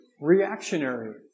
reactionary